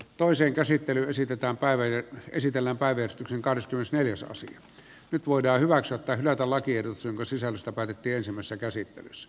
toisen käsittelyn esitetään päivän esitellä päivystyksen kaunis myös neljäs osan nyt voidaan hyväksyä tai hylätä lakiehdotus jonka sisällöstä päätettiin ensimmäisessä käsittelyssä